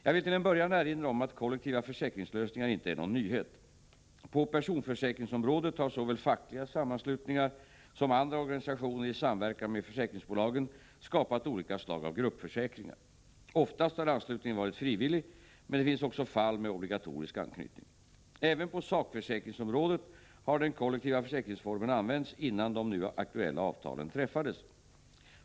Jag vill till en början erinra om att kollektiva försäkringslösningar inte är någon nyhet. På personförsäkringsområdet har såväl fackliga sammanslutningar som andra organisationer i samverkan med försäkringsbolagen skapat olika slag av gruppförsäkringar. Oftast har anslutningen varit frivillig, men det finns också fall med obligatorisk anknytning. Även på sakförsäkringsområdet har den kollektiva försäkringsformen använts innan de nu aktuella avtalen träffades.